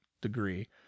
degree